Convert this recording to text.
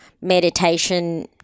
meditation